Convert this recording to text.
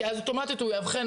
כי אז אוטומטית הוא יאבחן,